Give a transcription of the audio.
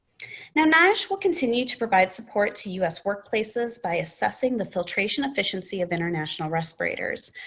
now, niosh will continue to provide support to us workplaces by assessing the filtration efficiency of international respirators.